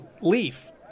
leaf